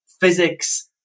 physics